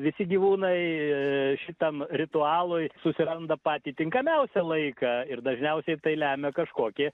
visi gyvūnai šitam ritualui susiranda patį tinkamiausią laiką ir dažniausiai tai lemia kažkokie